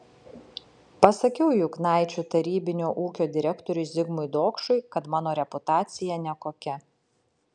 pasakiau juknaičių tarybinio ūkio direktoriui zigmui dokšui kad mano reputacija nekokia